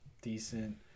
Decent